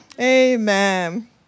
Amen